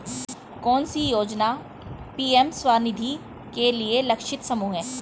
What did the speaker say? कौन सी योजना पी.एम स्वानिधि के लिए लक्षित समूह है?